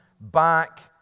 back